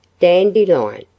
Dandelion